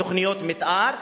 תוכניות מיתאר.